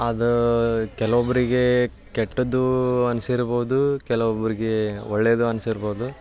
ಅದು ಕೆಲವೊಬ್ರಿಗೆ ಕೆಟ್ಟದ್ದೂ ಅನ್ನಿಸಿರ್ಬೋದು ಕೆಲವೊಬ್ರಿಗೆ ಒಳ್ಳೆಯದು ಅನ್ನಿಸಿರ್ಬೋದು